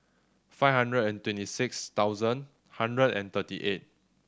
five hundred and twenty six thousand hundred and thirty eight